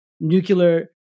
nuclear